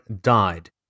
died